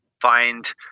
find